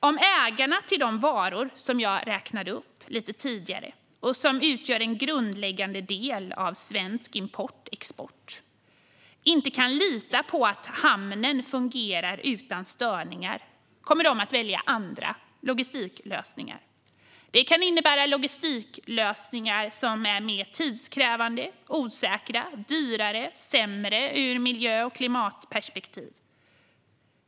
Om ägarna till de varor som jag räknade upp tidigare, varor som utgör en grundläggande del av svensk import och export, inte kan lita på att hamnen fungerar utan störningar kommer de att välja andra logistiklösningar. Det kan innebära logistiklösningar som är mer tidskrävande, osäkrare, dyrare och sämre ur miljö och klimatperspektiv.